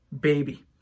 baby